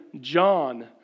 John